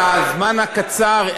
בזמן הקצר,